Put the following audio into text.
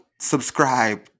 subscribe